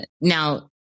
Now